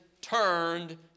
turned